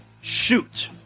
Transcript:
shoot